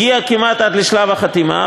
הגיע כמעט עד לשלב החתימה,